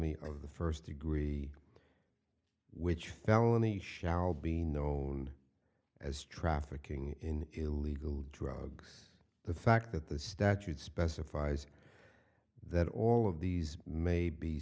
felony of the first degree which felony shall be no known as trafficking in illegal drugs the fact that the statute specifies that all of these may be